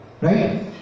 Right